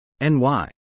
NY